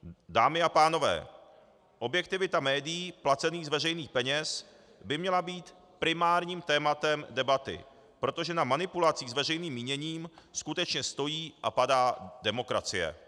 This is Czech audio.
Dámy a pánové, objektivita médií placených z veřejných peněz by měla být primárním tématem debaty, protože na manipulacích s veřejným míněním skutečně stojí a padá demokracie.